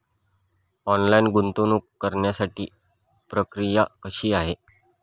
Online गुंतवणूक करण्यासाठी प्रक्रिया कशी आहे?